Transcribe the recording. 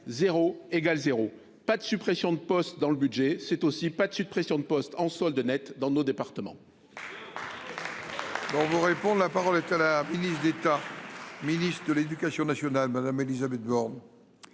égale zéro ! Pas de suppression de postes dans le budget, cela signifie aussi : pas de suppression de postes en solde net dans nos départements